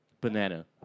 Banana